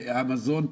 באמזון,